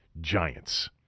giants